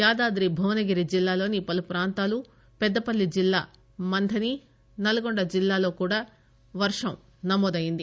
యాదాద్రి భువనగిరి జిల్లాలోని పలు ప్రాంతాలు పెద్దపల్లి జిల్లా మంథని నల్గొండ జిల్లాలో కూడా వర్షం నమోదయ్యంది